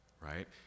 right